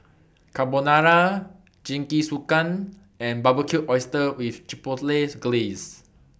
Carbonara Jingisukan and Barbecued Oysters with Chipotle Glaze